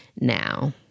now